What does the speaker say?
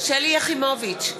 שלי יחימוביץ,